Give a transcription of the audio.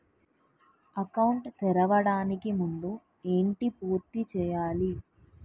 Account తెరవడానికి ముందు ఏంటి పూర్తి చేయాలి?